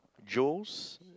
Joe's